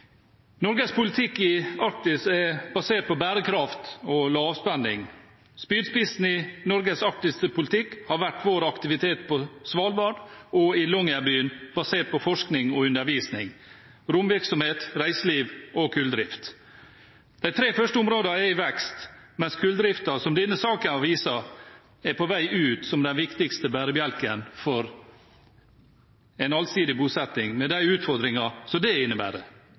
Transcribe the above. Norges politikk i Arktis er basert på bærekraft og lavspenning. Spydspissen i Norges arktiske politikk har vært vår aktivitet på Svalbard og i Longyearbyen, basert på forskning og undervisning, romvirksomhet, reiseliv og kulldrift. De tre første områdene er i vekst, mens kulldriften, som denne saken viser, er på vei ut som den viktigste bærebjelken for en allsidig bosetting, med de utfordringer som det innebærer.